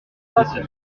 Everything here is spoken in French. toute